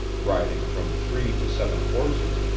riding from three to seven horses,